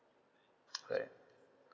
right